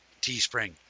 Teespring